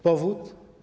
Powód?